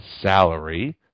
salary